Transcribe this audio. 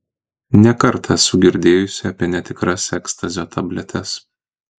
ne kartą esu girdėjusi apie netikras ekstazio tabletes